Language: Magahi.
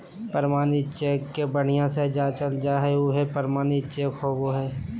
प्रमाणित चेक के बढ़िया से जाँचल जा हइ उहे प्रमाणित चेक होबो हइ